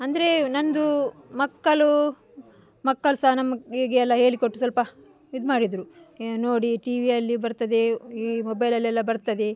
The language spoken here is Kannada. ಅಂದರೆ ನನ್ನದು ಮಕ್ಕಳು ಮಕ್ಕಳು ಸಹ ನಮ್ಗೆ ಹೀಗೆ ಎಲ್ಲ ಹೇಳಿಕೊಟ್ಟು ಸ್ವಲ್ಪ ಇದು ಮಾಡಿದ್ದರು ನೀವು ನೋಡಿ ಟಿವಿಯಲ್ಲಿ ಬರ್ತದೆ ಈ ಮೊಬೈಲಲ್ಲೆಲ್ಲ ಬರ್ತದೆ